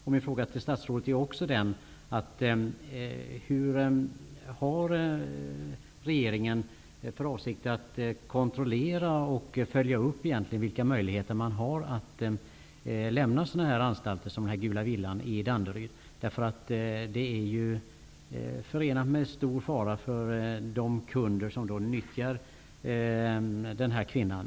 Min fråga till statsrådet är därför: Hur har regeringen för avsikt att kontrollera och följa upp de möjligheter som finns att avvika från sådana anstalter som Gula villan i Danderyd? Det är ju stor fara för de kunder som nyttjar den här kvinnan.